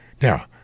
now